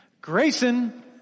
Grayson